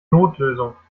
notlösung